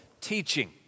teaching